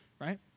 right